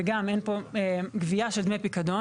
וגם אין פה גבייה של דמי פיקדון.